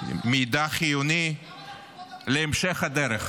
מידע חיוני להמשך הדרך.